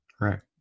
right